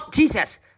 Jesus